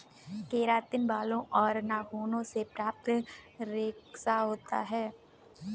keratin बालों और नाखूनों से प्राप्त रेशा होता है